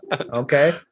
Okay